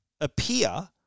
appear